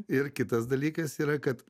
ir kitas dalykas yra kad